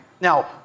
Now